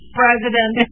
president